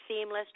seamless